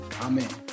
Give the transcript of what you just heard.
Amen